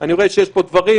ואני רואה שיש פה דברים.